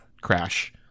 crash